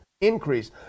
increase